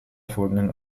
folgenden